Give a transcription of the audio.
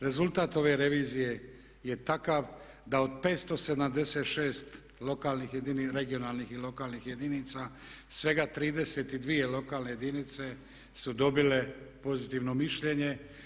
Rezultat ove revizije je takav da od 576 regionalnih i lokalnih jedinica svega 32 lokalne jedinice su dobile pozitivno mišljenje.